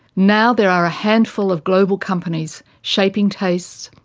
now there are a handful of global companies shaping tastes,